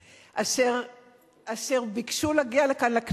אשר ביקשו להגיע לכאן, לכנסת,